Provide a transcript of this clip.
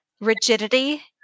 Rigidity